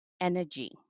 energy